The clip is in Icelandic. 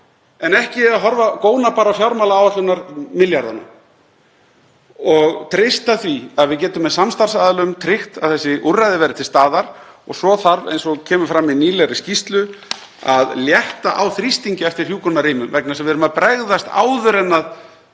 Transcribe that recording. en ekki að góna bara á milljarðana í fjármálaáætlun, og treysta því að við getum með samstarfsaðilum tryggt að þessi úrræði verði til staðar. Svo þarf, eins og kemur fram í nýlegri skýrslu, að létta á þrýstingi eftir hjúkrunarrýmum vegna þess að við erum að bregðast áður en